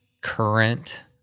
current